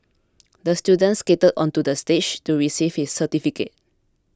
the student skated onto the stage to receive his certificate